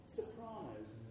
Sopranos